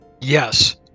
yes